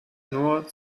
nur